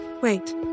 Wait